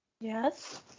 yes